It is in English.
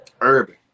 urban